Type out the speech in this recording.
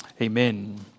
Amen